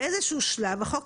באיזשהו שלב החוק,